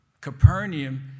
Capernaum